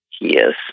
Yes